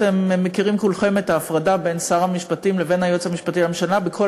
אתם מכירים כולכם את ההפרדה בין שר המשפטים לבין היועץ המשפטי לממשלה בכל